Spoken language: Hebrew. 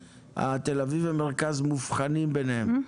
אה, תל אביב ומרכז מובחנים ביניהם?